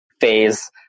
phase